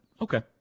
okay